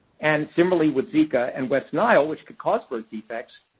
and, similarly with zika and west nile, which could cause birth defects,